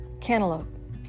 cantaloupe